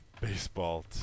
baseball